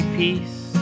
peace